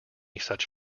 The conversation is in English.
such